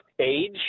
age